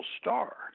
star